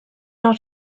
not